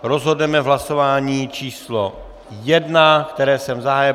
Rozhodneme v hlasování číslo 1, které jsem zahájil.